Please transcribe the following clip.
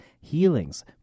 healings